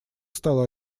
стала